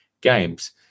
games